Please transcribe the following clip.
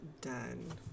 done